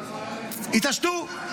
התעשתו.